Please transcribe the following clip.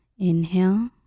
Inhale